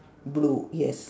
blue yes